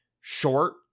short